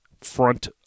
front